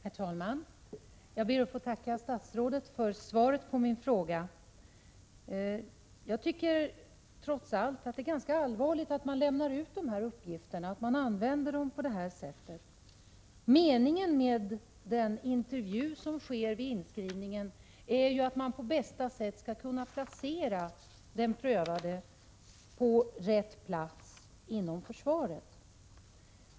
Herr talman! Jag ber att få tacka statsrådet för svaret på frågan. Jag tycker trots allt att det är ganska allvarligt att man lämnar ut dessa uppgifter. Meningen med den intervju som sker vid inskrivningen är att det skall vara möjligt att placera den prövade på rätt plats inom försvaret.